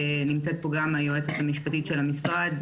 נמצאת פה היועצת המשפטית של המשרד,